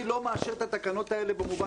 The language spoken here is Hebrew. אני לא מאשר את התקנות האלה ברובן,